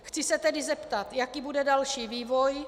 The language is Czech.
Chci se tedy zeptat, jaký bude další vývoj.